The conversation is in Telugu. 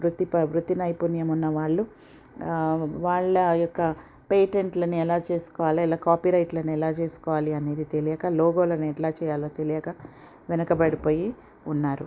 వృత్తి ప వృత్తి నైపుణ్యం ఉన్నవాళ్ళు వాళ్ళ యొక్క పేటెంట్లని ఎలా చేసుకోవాలో ఎలా కాపీరైట్లని ఎలా చేసుకోవాలి అనేది తెలియక లోగోలను ఎట్లా చెయ్యాలో తెలియక వెనకబడిపోయి ఉన్నారు